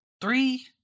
Three